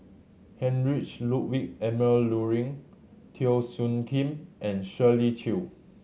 Heinrich Ludwig Emil Luering Teo Soon Kim and Shirley Chew